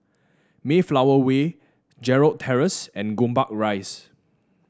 Mayflower Way Gerald Terrace and Gombak Rise